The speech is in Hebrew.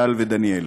טל ודניאל.